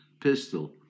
pistol